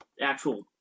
actual